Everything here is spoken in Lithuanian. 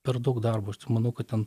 per daug darbo aš tai manau kad ten